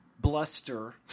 bluster